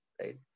right